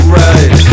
right